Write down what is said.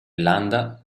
landa